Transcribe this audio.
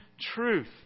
truth